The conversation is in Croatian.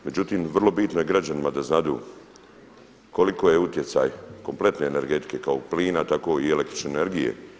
Međutim, vrlo bitno je građanima da znadu koliki je utjecaj kompletne energetike kao plina tako i električne energije.